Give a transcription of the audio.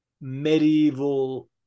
medieval